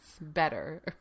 better